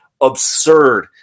absurd